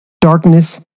Darkness